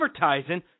advertising